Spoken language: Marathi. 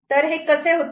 तर हे कसे होते